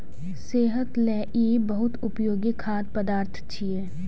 सेहत लेल ई बहुत उपयोगी खाद्य पदार्थ छियै